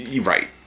Right